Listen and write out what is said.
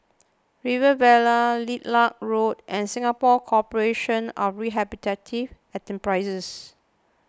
Rivervale Lilac Road and Singapore Corporation of Rehabilitative Enterprises